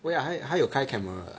oh ya 还有还有开 camera ah